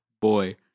Boy